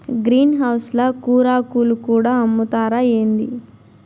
green house ల కూరాకులు కూడా అమ్ముతారా ఏంది